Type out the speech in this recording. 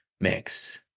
mix